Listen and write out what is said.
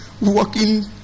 Walking